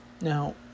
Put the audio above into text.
Now